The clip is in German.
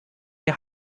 der